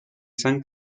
san